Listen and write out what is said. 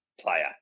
player